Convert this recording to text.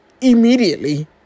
immediately